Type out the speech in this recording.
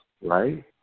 right